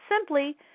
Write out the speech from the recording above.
simply